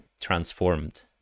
transformed